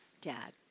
Dad